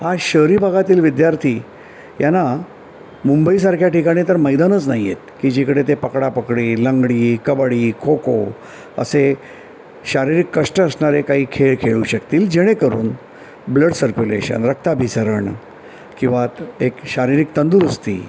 श शहरी भागातील विद्यार्थी यांना मुंबईसारख्या ठिकाणी तर मैदानच नाहीयेत की जिकडे ते पकडा पकडी लंगडी कबडी खो खो असे शारीरिक कष्ट असणारे काही खेळ खेळू शकतील जेणेकरून ब्लड सर्क्युलेशन रक्ताभिसरण किंवा एक शारीरिक तंदुरुस्ती